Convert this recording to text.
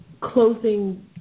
closing